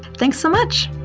thanks so much